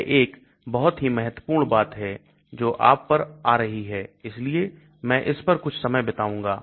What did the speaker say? यह एक बहुत ही महत्वपूर्ण बात है जो आप पर आ रही है इसलिए मैं इस पर कुछ समय बिताऊंगा